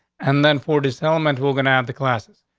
and then, fordice, element, we're gonna have the classes,